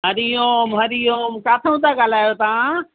हरि ओम हरि ओम किथां था ॻाल्हायो तव्हां